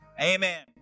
Amen